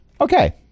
Okay